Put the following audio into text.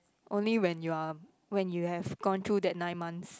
only when you are when you have gone through that nine months